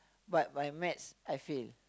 but my maths I fail